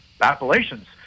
Appalachians